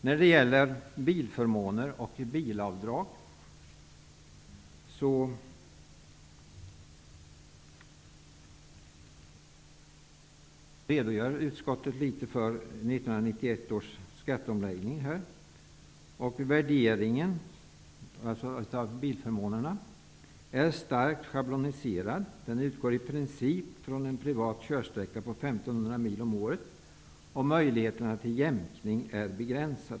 När det gäller bilförmåner och bilavdrag redogör utskottet litet för vad 1991 års skatteomläggning innebar. Bilförmånerna är starkt schabloniserade. De utgår i princip från en privat körsträcka på 1 500 mil om året. Möjligheterna till jämkning är begränsade.